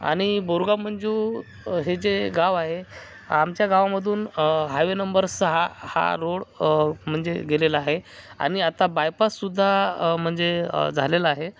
आणि बोरगाव मंजू हे जे गाव आहे आमच्या गावामधून हायवे नंबर सहा हा रोड म्हणजे गेलेला आहे आणि आता बायपास सुद्धा म्हणजे झालेला आहे